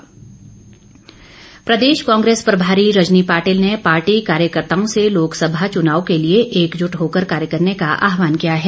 रजनी पाटिल प्रदेश कांग्रेस प्रभारी रजनी पाटिल ने पार्टी कार्यकर्ताओं से लोकसभा चुनाव के लिए एकजुट होकर कार्य करने का आहवान किया है